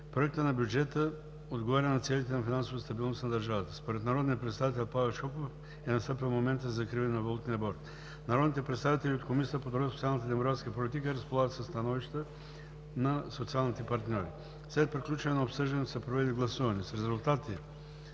проектът на бюджета отговаря на целите на финансовата стабилност на държавата. Според народния представител Павел Шопов е настъпил моментът за закриване на валутния борд. Народните представители от Комисията по труда, социалната и демографската политика разполагат със становищата на социалните партньори. След приключване на обсъждането се проведе гласуване със следните